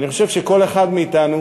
אני חושב שכל אחד מאתנו,